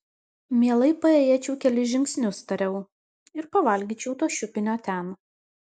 mielai paėjėčiau kelis žingsnius tariau ir pavalgyčiau to šiupinio ten